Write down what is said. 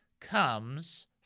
comes